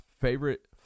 favorite